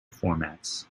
formats